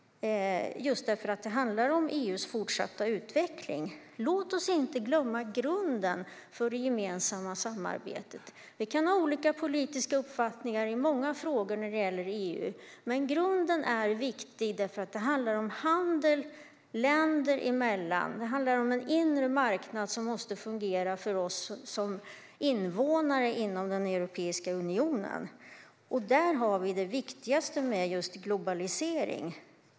Det handlar om EU:s fortsatta utveckling. Låt oss inte glömma grunden för det samarbetet! Vi kan ha olika politiska uppfattningar i många frågor när det gäller EU. Men grunden är viktig. Det handlar om handel länder emellan, om en inre marknad som måste fungera för oss invånare i Europeiska unionen. Där har vi det viktigaste med globalisering.